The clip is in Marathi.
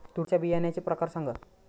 तूरीच्या बियाण्याचे प्रकार सांगा